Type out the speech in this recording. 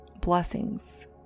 blessings